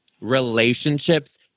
relationships